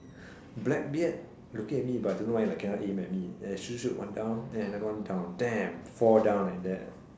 blackbeard locate me but I don't know why he like cannot aim at me then I shoot shoot one down then another one down damn four down like that